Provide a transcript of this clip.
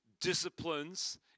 disciplines